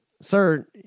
sir